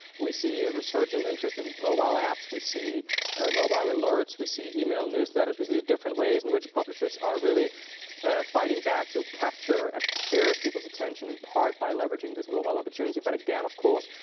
we see a resurgent interest in mobile apps. we see mobile alerts. we see email newsletters. we see the different ways in which publishers are really fighting back to capture a share of people's attention in part by leveraging this mobile opportunity. but again, of course,